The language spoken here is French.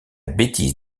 bêtise